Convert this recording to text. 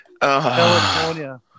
California